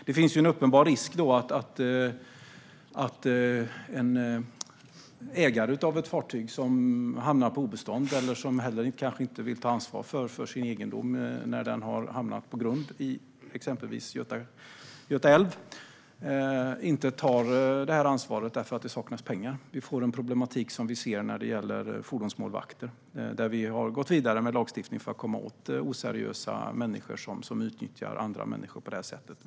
Det finns en uppenbar risk för att en fartygsägare som hamnar på obestånd eller som inte vill ta ansvar för sin egendom när den har hamnat på grund i exempelvis Göta älv inte tar detta ansvar därför att det saknas pengar. Vi får en problematik som vi ser när det gäller fordonsmålvakter, där vi har gått vidare med lagstiftning för att komma åt oseriösa människor som utnyttjar andra människor på det här sättet.